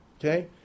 okay